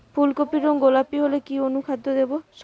ফুল কপির রং গোলাপী হলে কি অনুখাদ্য দেবো?